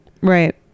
Right